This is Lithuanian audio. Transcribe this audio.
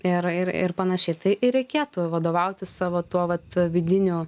ir ir ir panašiai tai ir reikėtų vadovautis savo tuo vat vidiniu